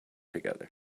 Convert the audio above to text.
together